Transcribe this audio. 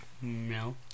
No